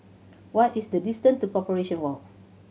what is the distance to Corporation Walk